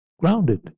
grounded